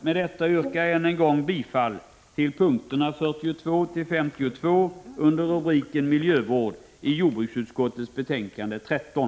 Med detta yrkar jag än en gång bifall till punkterna 42-52 under rubriken Miljövård i jordbruksutskottets betänkande 13.